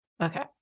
Okay